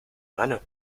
mano